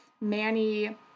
Manny